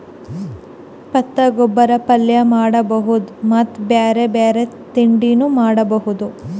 ಪತ್ತಾಗೋಬಿದ್ ಪಲ್ಯ ಮಾಡಬಹುದ್ ಮತ್ತ್ ಬ್ಯಾರೆ ಬ್ಯಾರೆ ತಿಂಡಿನೂ ಮಾಡಬಹುದ್